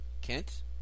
Kent